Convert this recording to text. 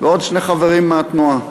ועוד שני חברים מהתנועה.